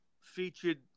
featured